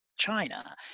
China